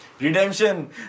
Redemption